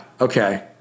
okay